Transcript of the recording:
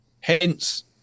Hence